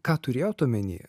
ką turėjot omeny